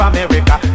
America